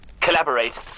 Collaborate